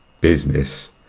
business